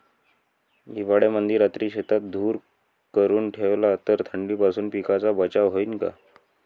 हिवाळ्यामंदी रात्री शेतात धुर करून ठेवला तर थंडीपासून पिकाचा बचाव होईन का?